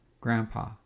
grandpa